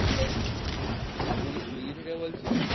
hello আপনি কি Swiggy থেকে বলছেন